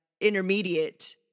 intermediate